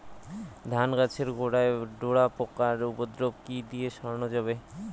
ধান গাছের গোড়ায় ডোরা পোকার উপদ্রব কি দিয়ে সারানো যাবে?